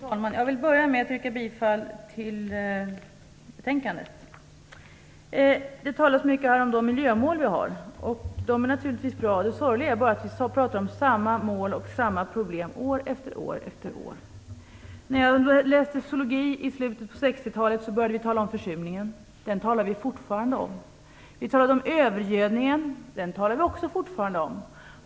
Fru talman! Jag vill börja med att yrka bifall till utskottets hemställan. Det talas mycket om de miljömål vi har, och de är naturligtvis bra. Det sorgliga är bara att vi talar om samma mål och samma problem år efter år efter år. När jag läste zoologi i slutet på 60-talet började vi tala om försurningen. Den talar vi fortfarande om. Vi talade om övergödningen, och den talar vi också fortfarande om.